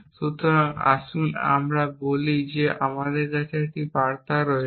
সুতরাং আসুন আমরা বলি যে আমাদের কাছে একটি বার্তা রয়েছে